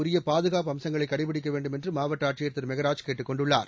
உரிய பாதுகாப்பு அம்சங்களை கடைபிடிக்க வேண்டும் என்று மாவட்ட ஆட்சியர் திரு மெகராஜ் கேட்டுக் கொண்டுள்ளார்